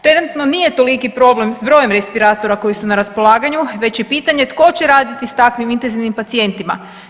Trenutno nije toliki problem s brojem respiratora koji su na raspolaganju, već je pitanje tko će raditi s takvim intenzivnim pacijentima.